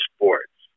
Sports